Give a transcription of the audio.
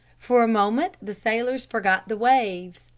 for a moment the sailors forgot the waves,